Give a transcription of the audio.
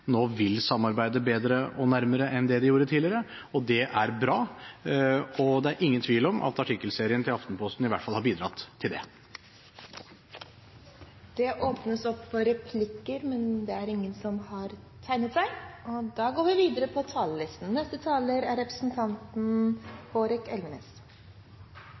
nå vil samarbeide bedre og nærmere enn det de gjorde tidligere, det er bra, og det er ingen tvil om at artikkelserien til Aftenposten i hvert fall har bidratt til det. De talere som heretter får ordet, har en taletid på inntil 3 minutter. Det var nok mange av oss som